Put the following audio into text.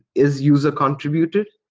is user contributed?